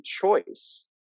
choice